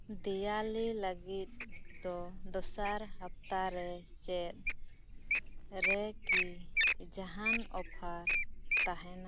ᱫᱤᱣᱟᱞᱤ ᱞᱟᱹᱜᱤᱫ ᱫᱚ ᱫᱚᱥᱟᱨ ᱦᱟᱯᱛᱟ ᱨᱮ ᱪᱮᱫ ᱨᱮ ᱠᱤ ᱡᱟᱦᱟᱱ ᱚᱯᱷᱟᱨ ᱛᱟᱦᱮᱱᱟ